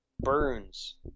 Burns